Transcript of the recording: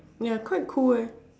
ya quite cool eh